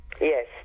Yes